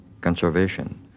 conservation